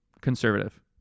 Conservative